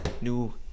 new